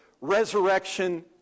resurrection